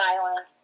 violence